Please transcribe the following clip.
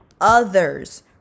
others